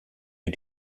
wir